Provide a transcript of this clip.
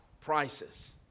prices